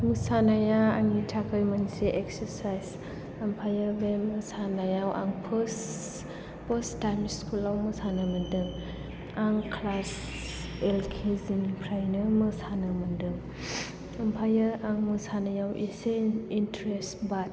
मोसानाया आंनि थाखाय मोनसे एक्सारसाय्स आमफायो बे मोसानायाव आं फार्स्ट फार्स्ट टाइम स्कुलाव मोसानो मोनदों आं क्लास एल केजिनिफ्रायनो मोसानो मोनदों ओमफायो आं मोसानायाव एसे इन्ट्रेस बाट